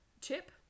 Chip